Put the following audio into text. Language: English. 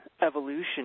evolution